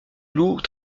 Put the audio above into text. loup